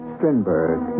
Strindberg